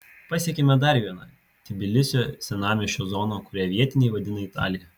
pasiekėme dar vieną tbilisio senamiesčio zoną kurią vietiniai vadina italija